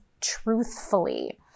truthfully